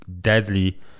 deadly